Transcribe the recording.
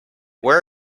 where